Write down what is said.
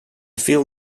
feel